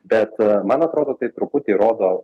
bet man atrodo tai truputį rodo